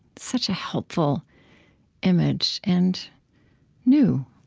such a helpful image, and new